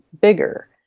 bigger